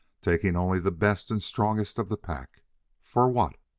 taking only the best and strongest of the pack for what?